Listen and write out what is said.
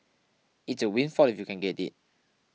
it's a windfall if you can get it